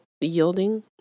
yielding